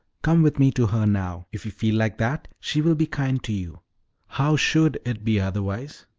come with me to her now if you feel like that, she will be kind to you how should it be otherwise?